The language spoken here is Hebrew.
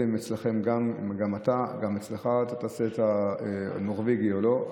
אם גם אצלך תעשה את הנורבגי או לא,